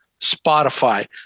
Spotify